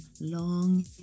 long